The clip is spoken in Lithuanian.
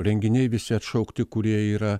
renginiai visi atšaukti kurie yra